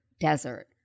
desert